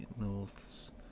Norths